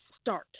start